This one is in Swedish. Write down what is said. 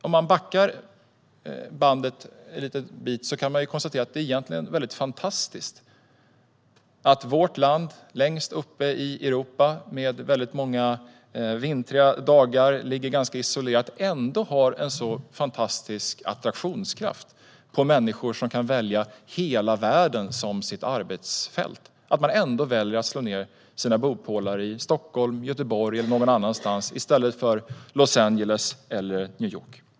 Om man backar bandet en liten bit kan man konstatera att det egentligen är fantastiskt att vårt land, som ligger ganska isolerat längst uppe i Europa och har väldigt många vintriga dagar, har en sådan stark attraktionskraft på människor som kan välja hela världen som sitt arbetsfält. Man väljer ändå att slå ned sina bopålar i Stockholm, i Göteborg eller någon annanstans i Sverige i stället för i Los Angeles eller New York.